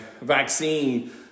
vaccine